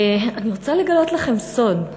אני רוצה לגלות לכם סוד.